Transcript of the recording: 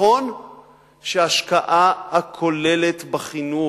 נכון שההשקעה הכוללת בחינוך,